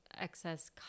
excess